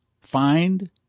find